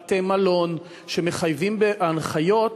בתי-מלון, שחייבים לפי ההנחיות,